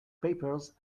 papers